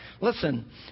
Listen